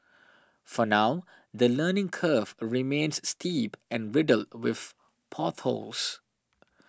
for now the learning curve remains steep and riddled with potholes